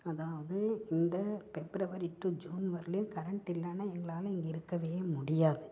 அதாவது இந்த February to June வரையிலேயும் கரண்ட்டு இல்லைனா எங்களால் இங்கே இருக்கவே முடியாது